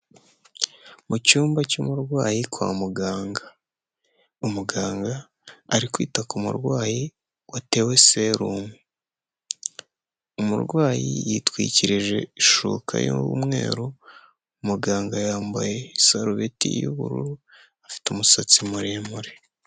Mu cyumba cy'umurwayi kwa muganga, umuganga ari kwita ku murwayi watewe serumu. Umurwayi yitwikirije ishuka y'umweru, muganga yambaye isarubeti y'ubururu afite umusatsi muremure.